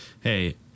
Hey